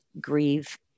grieve